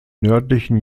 nördlichen